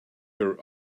her